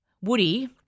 Woody